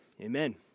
Amen